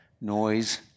noise